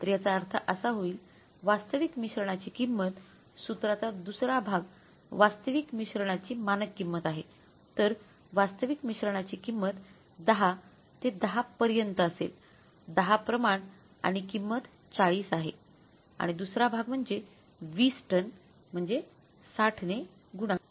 तर याचा अर्थ असा होईल वास्तविक मिश्रणाची किंमत सूत्राचा दुसरा भाग वास्तविक मिश्रणाची मानक किंमत आहे तर वास्तविक मिश्रणाची किंमत 10 ते 10 पर्यंत असेल 10 प्रमाण आणि किंमत 40 आहे आणि दुसरा भाग म्हणजे 20 टन म्हणजे 60 ने गुणाकार